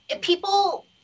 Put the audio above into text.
people